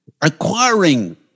acquiring